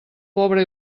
pobre